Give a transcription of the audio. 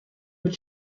mit